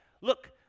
Look